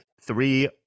Three